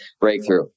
breakthrough